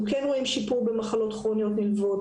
אנחנו כן רואים שיפור במחלות כרוניות נלוות,